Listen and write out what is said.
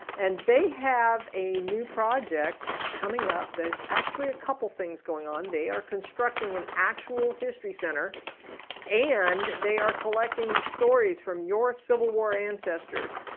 and they have a new project coming up. there's actually a couple things going on. they are constructing an actual history center and they are collecting stories from your civil war ancestors.